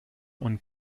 und